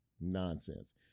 Nonsense